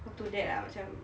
how to get ah macam